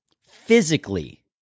physically